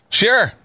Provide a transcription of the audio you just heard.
sure